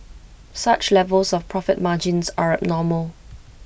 such levels of profit margins are normal